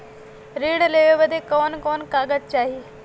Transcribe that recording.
ऋण लेवे बदे कवन कवन कागज चाही?